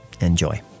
Enjoy